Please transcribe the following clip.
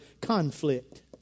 conflict